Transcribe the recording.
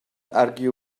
argue